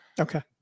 Okay